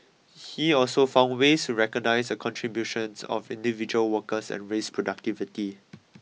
he also found ways to recognise the contributions of individual workers and raise productivity